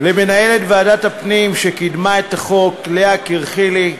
למנהלת ועדת הפנים לאה קריכלי,